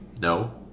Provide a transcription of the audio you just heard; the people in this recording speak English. No